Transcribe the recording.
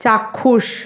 চাক্ষুষ